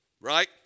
right